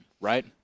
right